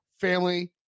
family